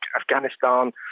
Afghanistan